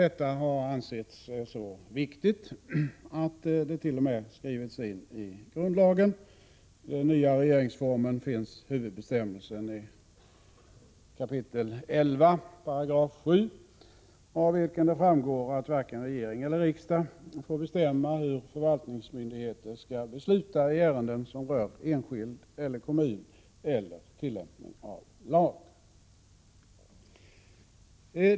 Detta har ansetts så viktigt att det t.o.m. har skrivits in i grundlagen, I den nya regeringsformen finns huvudbestämmelen i 11 kap. 7 §, av vilken det framgår att varken regering eller riksdag får bestämma hur förvaltningsmyndigheter skall besluta i ärenden som rör myndighetsutövning mot enskild eller kommun eller som rör tillämpning av lag.